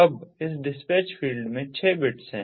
अब इस dispatch field में 6 बिट्स हैं